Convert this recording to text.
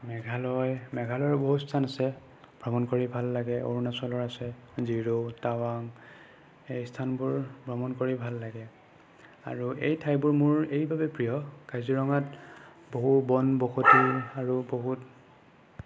মেঘালয় মেঘালয়ৰ বহুত স্থান আছে ভ্ৰমণ কৰি ভাল লাগে অৰুণাচলৰ আছে জিৰো টাৱাং এই স্থানবোৰ ভ্ৰমণ কৰি ভাল লাগে আৰু এই ঠাইবোৰ মোৰ এইবাবে প্ৰিয় কাজিৰঙাত বহু বন বসতি আৰু বহুত